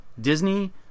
Disney